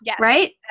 right